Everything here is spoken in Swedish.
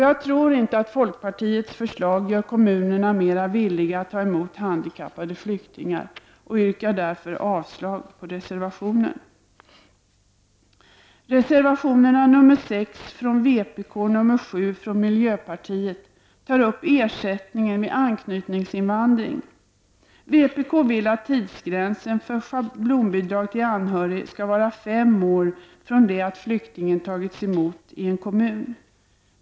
Jag tror inte att folkpartiets förslag gör kommunerna mera villiga att ta emot handikappade flyktingar. Jag yrkar därför avslag på reservationen. Reservationerna nr 6 från vpk och nr 7 från miljöpartiet tar upp ersättningen vid anknytningsinvandring. Vpk vill att tidsgränsen för schablonbidrag till anhörig skall vara fem år från det att flyktingen tagits emot i en kommun.